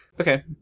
Okay